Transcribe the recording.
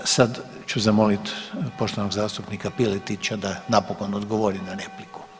Sad ću zamoliti poštovanog zastupnika Piletića da napokon odgovori na repliku.